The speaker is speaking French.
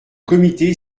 comité